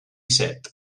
set